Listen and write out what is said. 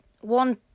one